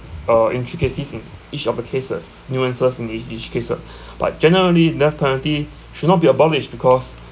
uh intricacies in each of the cases nuances in ea~ each cases but generally death penalty should not be abolished because